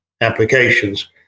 applications